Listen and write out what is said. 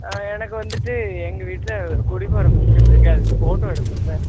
எனக்கு வந்துட்டு எங்கள் வீட்டில் குடிப்போகிற ஃபங்க்ஷன் இருக்கு அதுக்கு போட்டோ எடுக்கனும் சார்